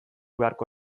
beharko